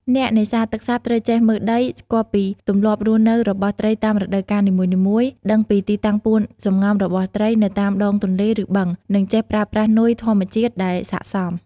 អ្នកនេសាទទឹកសាបត្រូវចេះមើលដី ស្គាល់ពីទម្លាប់រស់នៅរបស់ត្រីតាមរដូវកាលនីមួយៗ ដឹងពីទីតាំងពួនសម្ងំរបស់ត្រីនៅតាមដងទន្លេ ឬបឹង និងចេះប្រើប្រាស់នុយធម្មជាតិដែលស័ក្តិសម។